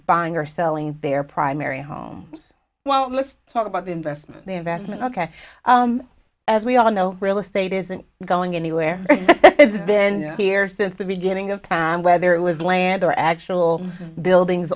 buying or selling their primary home well let's talk about the investment the investment ok as we all know real estate isn't going anywhere it's been here since the beginning of time whether it was land or actual buildings